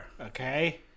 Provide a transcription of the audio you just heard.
Okay